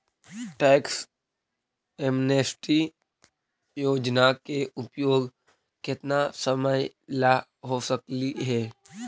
tax amnesty योजना का उपयोग केतना समयला हो सकलई हे